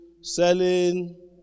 selling